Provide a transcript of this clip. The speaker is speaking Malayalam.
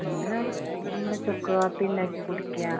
അതിന് നം നമ്മൾ ചുക്കുകാപ്പി ഉണ്ടാക്കി കുടിക്കുക